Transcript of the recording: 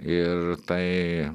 ir tai